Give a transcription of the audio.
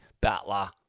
battler